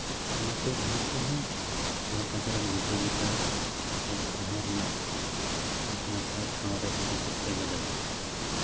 ᱚᱱᱟᱛᱮ ᱱᱩᱠᱩ ᱦᱚᱸ ᱥᱚᱦᱚᱨ ᱵᱟᱡᱟᱨ ᱨᱮᱱ ᱜᱤᱫᱽᱨᱟᱹ ᱞᱮᱠᱟ ᱚᱞᱚᱜ ᱯᱟᱲᱦᱟᱣ ᱨᱮᱱᱟᱜ ᱢᱤᱫ ᱱᱟᱯᱟᱭ ᱴᱷᱟᱶ ᱨᱮ ᱤᱫᱤ ᱠᱚᱨᱛᱮ ᱜᱮᱞᱮ